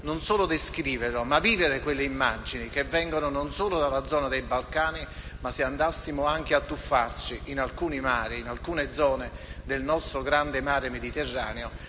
non solo descrivere, ma vivere quelle immagini che vengono non solo dalla zona dei Balcani. Se andassimo a tuffarci anche in altri mari e in alcune zone del nostro grande Mediterraneo,